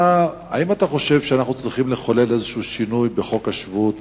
האם אתה חושב שאנחנו צריכים לחולל איזה שינוי בחוק השבות,